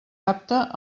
apta